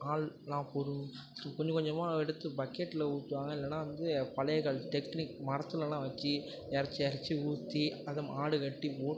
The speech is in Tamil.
ஆள் நான் பொறு கொஞ்சம் கொஞ்சமாக எடுத்து பக்கெட்டில் ஊற்றுவாங்க இல்லேன்னா வந்து பழைய காலத்து டெக்னிக் மரத்துலலாம் வச்சு எறச்சு எறச்சு ஊற்றி அதை மாடு கட்டி ஓட்டணும்